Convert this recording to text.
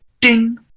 ding